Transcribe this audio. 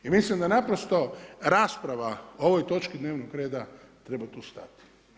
I mislim da naprosto rasprava o ovoj točci dnevnog reda, treba tu stati.